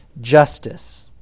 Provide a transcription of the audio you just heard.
justice